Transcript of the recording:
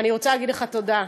אני רוצה להגיד לך תודה,